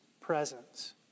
presence